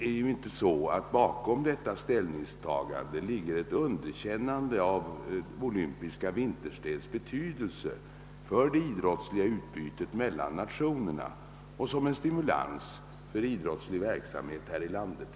Men det är inte så att det bakom regeringens ställningstagande ligger ett underkännande av de olympiska vinterspelens betydelse för det idrottsliga utbytet mellan nationerna och spelens stimulans för den idrottsliga verksamheten här i landet.